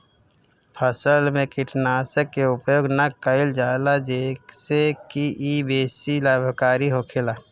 फसल में कीटनाशक के उपयोग ना कईल जाला जेसे की इ बेसी लाभकारी होखेला